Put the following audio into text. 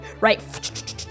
right